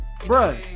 bruh